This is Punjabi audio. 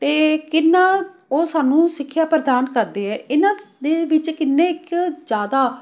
ਅਤੇ ਕਿੰਨਾ ਉਹ ਸਾਨੂੰ ਸਿੱਖਿਆ ਪ੍ਰਦਾਨ ਕਰਦੇ ਹੈ ਇਹਨਾਂ ਦੇ ਵਿੱਚ ਕਿੰਨੇ ਕੁ ਜ਼ਿਆਦਾ